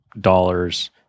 dollars